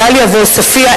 דאליה ועוספיא,